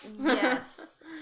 Yes